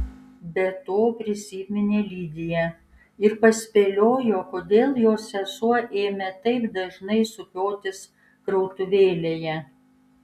be to prisiminė lidiją ir paspėliojo kodėl jos sesuo ėmė taip dažnai sukiotis krautuvėlėje